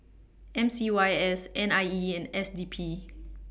M C Y S N I E and S D P